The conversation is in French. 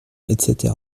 etc